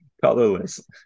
Colorless